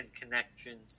connection